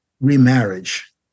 remarriage